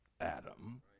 Adam